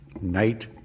night